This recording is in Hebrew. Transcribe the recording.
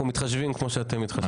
אנחנו מתחשבים כמו שאתם התחשבתם.